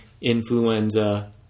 influenza